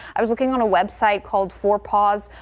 i was looking on a web site called for pause.